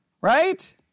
Right